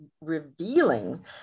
revealing